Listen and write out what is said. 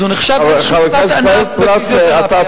אז הוא נחשב איזה תת-ענף בפיזיותרפיה.